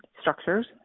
structures